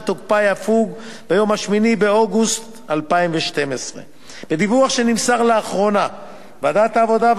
ותוקפה יפוג ביום 8 באוגוסט 2014. מדיווח שנמסר לאחרונה בוועדת העבודה,